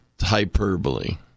hyperbole